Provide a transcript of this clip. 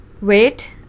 wait